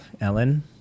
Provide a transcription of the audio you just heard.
Ellen